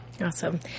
Awesome